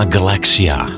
Galaxia